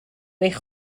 eich